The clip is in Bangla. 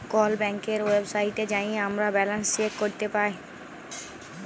কল ব্যাংকের ওয়েবসাইটে যাঁয়ে আমরা ব্যাল্যান্স চ্যাক ক্যরতে পায়